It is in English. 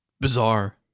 bizarre